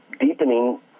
deepening